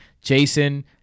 Jason